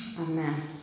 Amen